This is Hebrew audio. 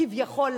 כביכול,